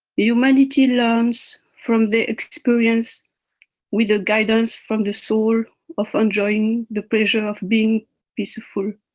humanity learns from their experience with the guidance from the soul of enjoying the pleasure of being peaceful.